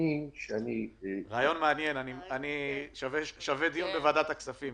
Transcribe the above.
רעיון מעניין, שווה דיון בוועדת הכספים.